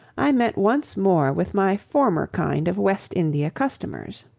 i met once more with my former kind of west india customers.